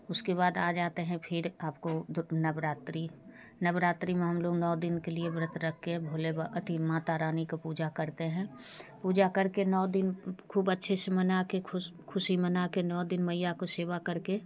उसके बाद आ जाते हैं फिर आपको जो नवरात्रि नवरात्रि में हम लोग नौ दिन के लिए व्रत रख के भोले बाबा अथवा माता रानी क पूजा करते हैं पूजा कर के नौ दिन ख़ूब अच्छे से मना के ख़ुश ख़ुशी मना के नौ दिन मैया की सेवा कर के